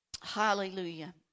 hallelujah